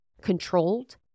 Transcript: controlled